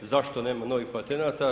Zašto nema novih patenata?